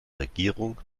regierung